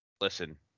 listen